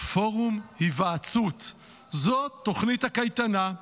פורום היוועצות, זו תוכנית הקייטנה.